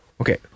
Okay